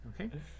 Okay